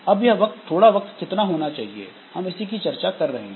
अब यह थोड़ा वक्त कितना होना चाहिए हम इसी की चर्चा कर रहे हैं